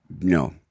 No